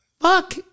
Fuck